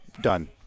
done